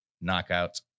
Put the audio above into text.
Knockout